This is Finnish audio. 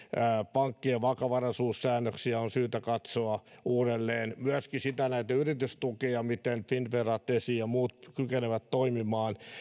pankkien vakavaraisuussäännöksiä on syytä katsoa uudelleen ja myöskin yritystukia miten finnvera tesi ja muut kykenevät toimimaan